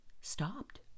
stopped